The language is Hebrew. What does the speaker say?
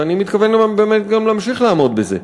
ואני מתכוון גם באמת להמשיך לעמוד בזה.